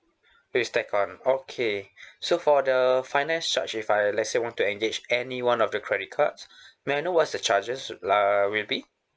will stack on okay so for the finance charge if I let's say want to engage anyone of the credit cards may I know what's the charges would uh will be